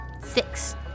Six